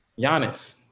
Giannis